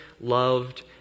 loved